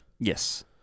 Yes